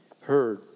heard